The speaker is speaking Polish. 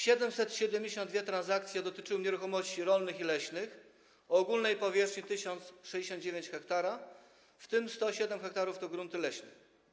772 transakcje dotyczyły nieruchomości rolnych i leśnych o ogólnej powierzchni 1069 ha, w tym 107 ha stanowiły grunty leśne.